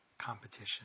competition